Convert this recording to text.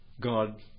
God